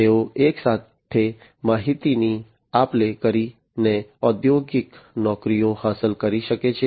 તેઓ એકસાથે માહિતીની આપ લે કરીને ઔદ્યોગિક નોકરીઓ હાંસલ કરી શકે છે